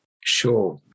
Sure